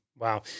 Wow